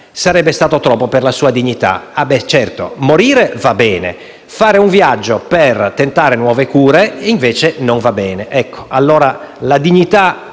sarebbe stato troppo per la sua dignità. Certo: morire va bene. Fare un viaggio per tentare nuove cure, invece, non va bene. Lasciamo stare, allora, la dignità,